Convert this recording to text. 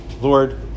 lord